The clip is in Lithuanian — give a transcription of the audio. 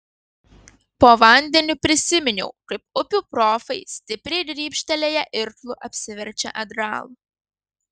po vandeniu prisiminiau kaip upių profai stipriai grybštelėję irklu apsiverčia atgal